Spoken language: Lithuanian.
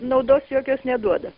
naudos jokios neduoda